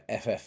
FF